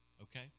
Okay